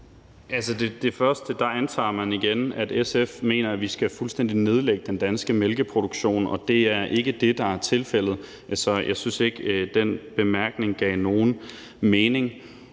det første spørgsmål antager man igen, at SF mener, at vi fuldstændig skal nedlægge den danske mælkeproduktion, og det er ikke det, der er tilfældet. Så jeg synes ikke, at den bemærkning giver nogen mening.